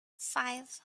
five